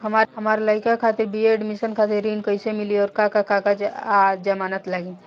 हमार लइका खातिर बी.ए एडमिशन खातिर ऋण कइसे मिली और का का कागज आ जमानत लागी?